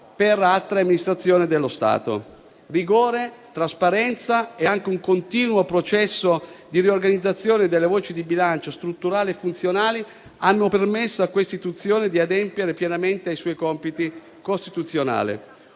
per altre amministrazioni dello Stato. Rigore, trasparenza e anche un continuo processo di riorganizzazione delle voci di bilancio strutturali e funzionali hanno permesso a questa istituzione di adempiere pienamente ai suoi compiti costituzionali;